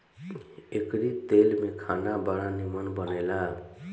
एकरी तेल में खाना बड़ा निमन बनेला